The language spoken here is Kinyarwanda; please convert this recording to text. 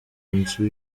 nzu